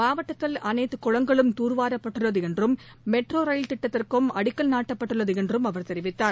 மாவட்டத்தில் அனைத்து குளங்களும் தூர்வாரப்பட்டுள்ளது என்றும் மெட்ரோ ரயில் திட்டத்திற்கும் அடிக்கல் நாட்டப்பட்டுள்ளது என்றும் அவர் தெரிவித்தார்